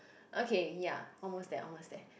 okay ya almost there almost there